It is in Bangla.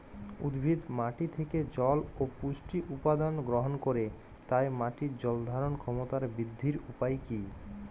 উদ্ভিদ মাটি থেকে জল ও পুষ্টি উপাদান গ্রহণ করে তাই মাটির জল ধারণ ক্ষমতার বৃদ্ধির উপায় কী?